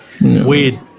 weird